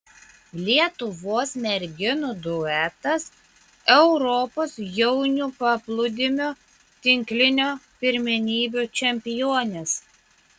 lietuvos merginų duetas europos jaunių paplūdimio tinklinio pirmenybių čempionės